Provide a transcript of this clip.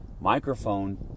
microphone